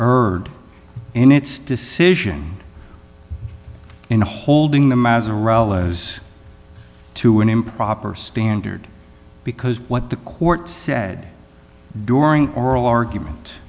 heard in its decision in a holding them as a rollo's to an improper standard because what the court said during oral argument